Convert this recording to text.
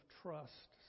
trust